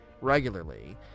regularly